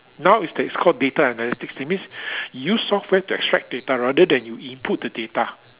now is that is call data analytics that means you use software to extract data rather than you input the data